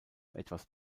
etwas